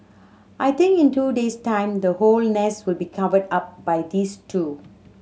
I think in two days time the whole nest will be covered up by these two